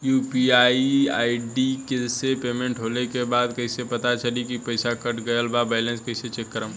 UPI ID से payment होला के बाद कइसे पता चली की पईसा कट गएल आ बैलेंस कइसे चेक करम?